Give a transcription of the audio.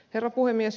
herra puhemies